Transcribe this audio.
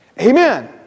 Amen